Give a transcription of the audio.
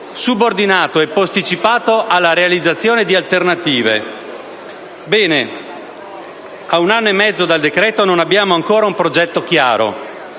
subordinato e posticipato alla realizzazione di alternative. Ebbene, ad un anno e mezzo dal decreto non abbiamo ancora un progetto chiaro.